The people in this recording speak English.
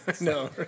No